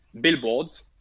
billboards